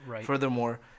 Furthermore